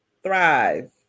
thrive